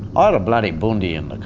i had a bloody bundi in the